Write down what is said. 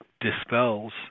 dispels